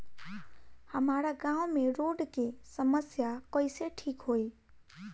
हमारा गाँव मे रोड के समस्या कइसे ठीक होई?